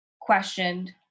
questioned